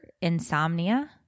insomnia